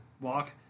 walk